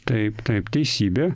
taip taip teisybė